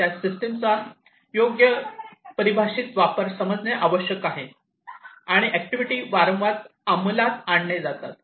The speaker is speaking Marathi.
त्यास सिस्टमचा योग्य परिभाषित वापर समजणे आवश्यक आहे आणि ऍक्टिव्हिटी वारंवार अंमलात आणले जातात